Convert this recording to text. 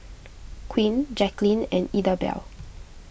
Quinn Jacquelynn and Idabelle